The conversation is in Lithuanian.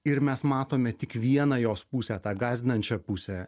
ir mes matome tik vieną jos pusę tą gąsdinančią pusę